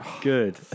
Good